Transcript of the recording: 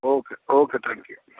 okay okay thank you